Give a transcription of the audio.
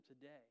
today